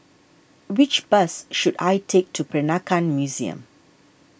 which bus should I take to Peranakan Museum